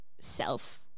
self